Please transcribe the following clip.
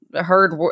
heard